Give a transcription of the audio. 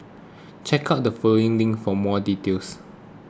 check out the following link for more details